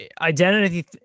Identity